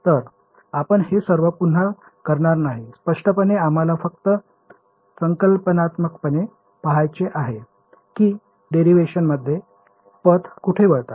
तर आपण हे सर्व पुन्हा करणार नाही स्पष्टपणे आम्हाला फक्त संकल्पनात्मकपणे पहायचे आहे की डेरिवेशनमध्ये पथ कुठे वळतात